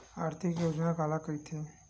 आर्थिक योजना काला कइथे?